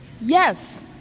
Yes